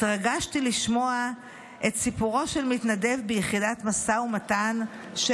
התרגשתי לשמוע את סיפורו של מתנדב ביחידת משא ומתן של